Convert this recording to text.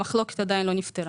המחלוקת עדיין לא נפתרה.